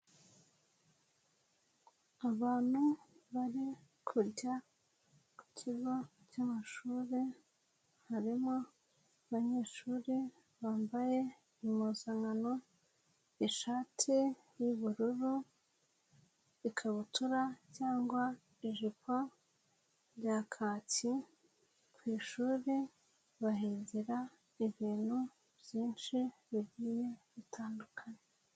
Abantu bari kujya ku kigo cy'amashuri, harimo abanyeshuri bambaye impuzankano, ishati y'ubururu, ikabutura cyangwa ijipo rya kaki, ku ishuri bahingira ibintu byinshi bigiye bitandukanye.